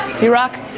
drock,